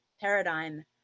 paradigm